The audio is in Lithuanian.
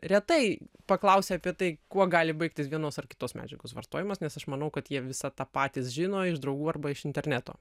retai paklausia apie tai kuo gali baigtis vienos ar kitos medžiagos vartojimas nes aš manau kad jie visą tą patys žino iš draugų arba iš interneto